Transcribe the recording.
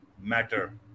matter